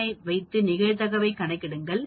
01 ஐ வைத்து நிகழ்தகவை கணக்கிடுங்கள்